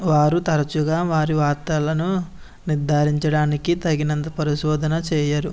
వారు తరచుగా వారి వార్తలను నిర్దారించడానికి తగినంత పరిశోధన చేయరు